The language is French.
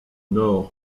nord